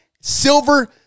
silver